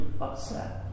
upset